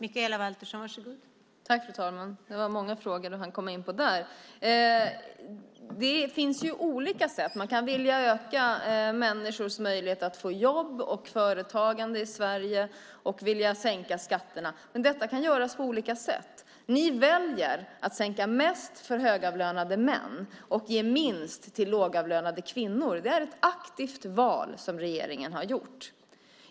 Fru talman! Det var många frågor Johan Pehrson hann komma in på. Det finns olika sätt att öka människors möjligheter att få jobb, att öka företagandet i Sverige och att sänka skatterna. Detta kan göras på olika sätt. Ni väljer att sänka mest för högavlönade män och ge minst till lågavlönade kvinnor. Det är ett aktivt val som regeringen har gjort.